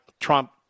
Trump